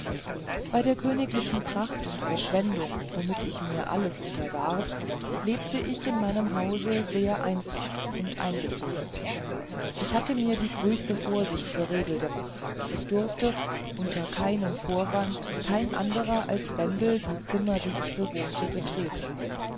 bei der königlichen pracht und verschwendung womit ich mir alles unterwarf lebt ich in meinem hause sehr einfach und eingezogen ich hatte mir die größte vorsicht zur regel gemacht es durfte unter keinem vorwand kein anderer als bendel die zimmer die ich bewohnte betreten